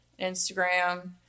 Instagram